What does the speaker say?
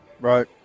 Right